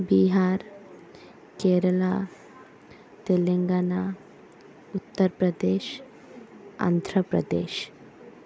Bihar Kerala Telangana Uttar Pradesh Andhra Pradesh